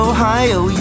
Ohio